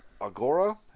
Agora